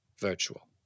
virtual